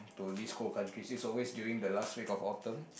to this whole country he is always doing the last week of autumn